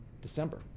December